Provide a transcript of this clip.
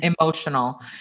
emotional